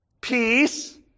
peace